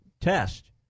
test